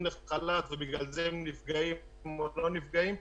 לחל"ת ובגלל הן נפגעות או לא נפגעות,